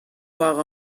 war